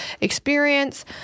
experience